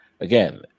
again